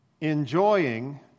enjoying